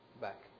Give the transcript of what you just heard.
back